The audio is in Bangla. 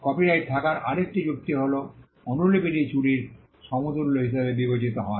কপিরাইট থাকার আর একটি যুক্তি হল অনুলিপিটি চুরির সমতুল্য হিসাবে বিবেচিত হয়